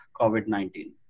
COVID-19